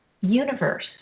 universe